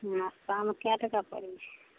नस्तामे कए टाका पड़य छै